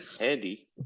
Andy